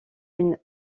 une